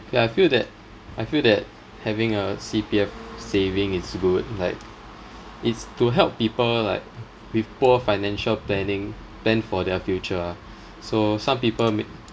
yeah I feel that I feel that having a C_P_F saving is good like it's to help people like with poor financial planning plan for their future so some people may